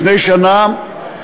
לפני שנה,